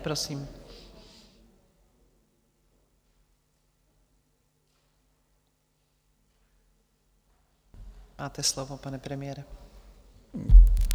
Prosím, máte slovo, pane premiére.